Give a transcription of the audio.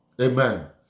Amen